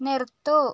നിർത്തുക